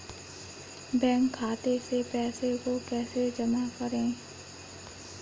Bank खाते से पैसे को कैसे जमा करें?